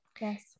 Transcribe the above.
Yes